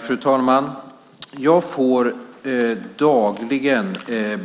Fru talman! Jag får dagligen